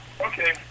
Okay